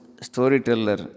storyteller